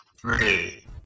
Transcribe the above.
three